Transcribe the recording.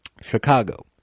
Chicago